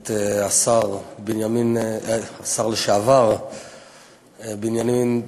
את השר בנימין, השר לשעבר בנימין בן-אליעזר,